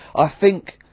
i think,